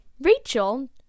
Rachel